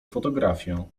fotografię